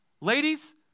Ladies